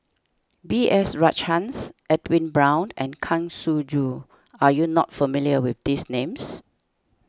B S Rajhans Edwin Brown and Kang Siong Joo are you not familiar with these names